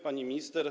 Pani Minister!